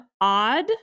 odd